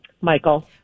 Michael